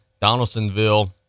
Donaldsonville